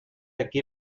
aquí